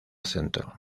centro